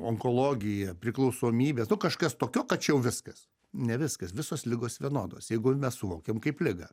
onkologija priklausomybės nu kažkas tokio kad čia jau viskas ne viskas visos ligos vienodos jeigu mes suvokiam kaip ligą